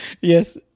Yes